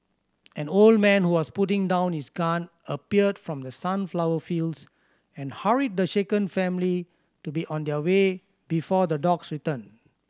an old man who was putting down his gun appeared from the sunflower fields and hurried the shaken family to be on their way before the dogs return